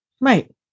Right